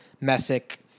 Messick